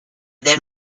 then